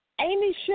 Amy